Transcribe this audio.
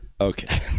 Okay